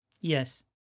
Yes